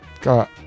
got